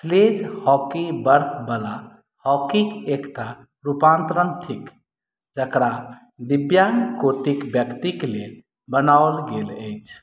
sledge hockey बर्फवला हॉकीके एकटा रूपान्तरण थिक जकरा दिव्याङ्ग कोटिके व्यक्तिक लेल बनाओल गेल अछि